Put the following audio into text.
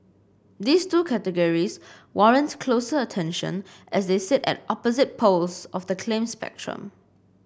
these two categories warrant closer attention as they sit at opposite poles of the claim spectrum